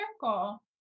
circle